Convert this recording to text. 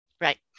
right